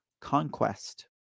conquest